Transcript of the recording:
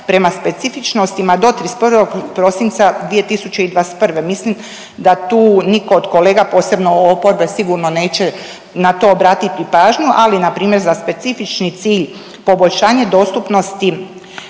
prema specifičnostima do 31. prosinca 2021.. Mislim da tu niko od kolega, posebno oporbe sigurno neće na to obratiti pažnju, ali npr. za specifični cilj poboljšanje dostupnosti